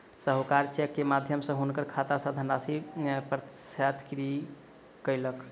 साहूकार चेक के माध्यम सॅ हुनकर खाता सॅ धनराशि प्रत्याहृत कयलक